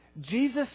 Jesus